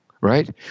right